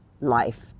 life